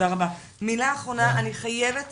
מילה אחרונה, אני חייבת